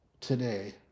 today